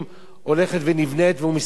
הולכת ונבנית ומסתיימת.